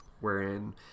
Wherein